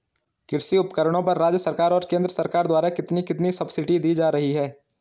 कृषि उपकरणों पर राज्य सरकार और केंद्र सरकार द्वारा कितनी कितनी सब्सिडी दी जा रही है?